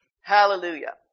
Hallelujah